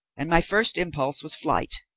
and my first impulse was flight.